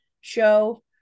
show